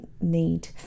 need